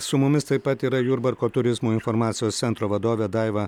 su mumis taip pat yra jurbarko turizmo informacijos centro vadovė daiva